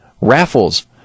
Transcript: raffles